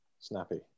Snappy